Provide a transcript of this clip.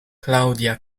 claudia